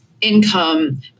income